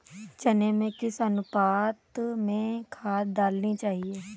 चने में किस अनुपात में खाद डालनी चाहिए?